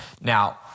Now